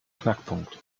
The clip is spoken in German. knackpunkt